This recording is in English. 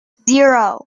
zero